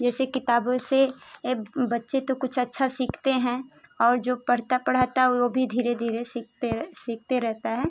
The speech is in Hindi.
जैसे किताबों से ए बच्चे तो कुछ अच्छा सीखते हैं और जो पढ़ता पढ़ाता है वो भी धीरे धीरे सीखते सीखते रहता है